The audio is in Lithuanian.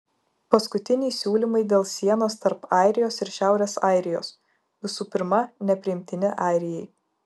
paskutiniai siūlymai dėl sienos tarp airijos ir šiaurės airijos visų pirma nepriimtini airijai